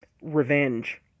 revenge